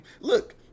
Look